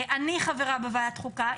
אני חברה בוועדת חוקה,